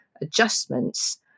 adjustments